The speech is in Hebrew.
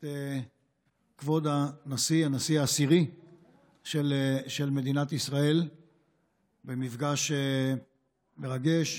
את כבוד הנשיא העשירי של מדינת ישראל במפגש מרגש,